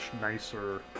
nicer